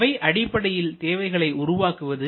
எவை அடிப்படையில் தேவைகளை உருவாக்குவது